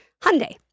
Hyundai